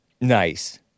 nice